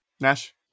Nash